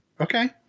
Okay